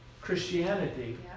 Christianity